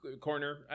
Corner